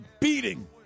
beating